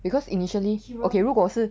because initially okay 如果是